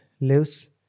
lives